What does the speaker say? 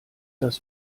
das